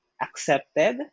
accepted